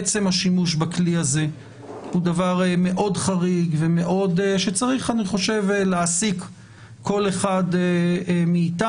עצם השימוש בכלי הזה הוא דבר מאוד חריג ודבר שצריך להעסיק כל אחד מאתנו.